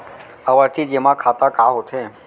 आवर्ती जेमा खाता का होथे?